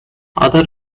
other